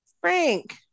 Frank